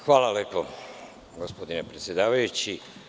Hvala lepo gospodine predsedavajući.